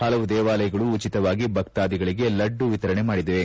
ಪಲವು ದೇವಾಲಯಗಳು ಉಚಿತವಾಗಿ ಭಕ್ತಾದಿಗಳಿಗೆ ಲಡ್ನು ವಿತರಣೆ ಮಾಡುತ್ತಿವೆ